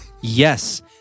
Yes